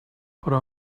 però